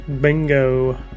Bingo